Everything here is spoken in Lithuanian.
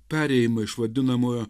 perėjimą iš vadinamojo